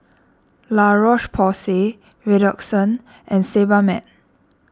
La Roche Porsay Redoxon and Sebamed